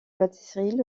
pâtisserie